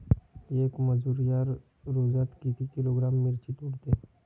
येक मजूर या रोजात किती किलोग्रॅम मिरची तोडते?